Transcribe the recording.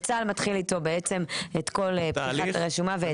וצה"ל מתחיל איתו בעצם את כל פתיחת הרשומה ואת התהליך.